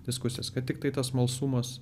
diskusijas kad tiktai tas smalsumas